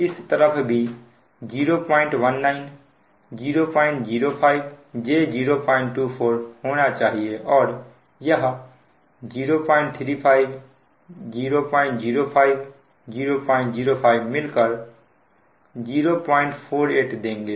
इस तरफ भी 019 005 j024 होना चाहिए और यह 035 005 005 मिलकर 048देंगे